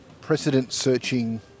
precedent-searching